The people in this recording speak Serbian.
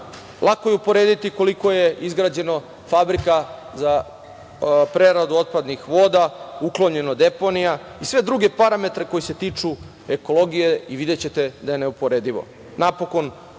Lako je uporediti koliko je izgrađeno fabrika za preradu otpadnih voda, uklonjeno deponija i sve druge parametre koji se tiču ekologije i videćete da je neuporedivo. Napokon,